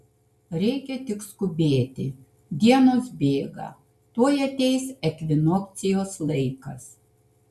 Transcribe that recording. reikia tik skubėti dienos bėga tuoj ateis ekvinokcijos laikas